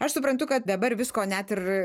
aš suprantu kad dabar visko net ir